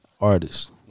artist